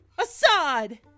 Assad